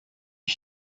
bir